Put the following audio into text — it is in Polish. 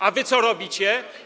A wy co robicie?